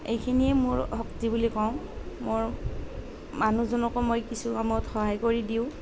এইখিনিয়ে মোৰ শক্তি বুলি ক'ম মোৰ মানুহজনকো মই কিছু কামত সহায় কৰি দিওঁ